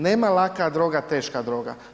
Nema laka droga, teška droga.